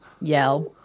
yell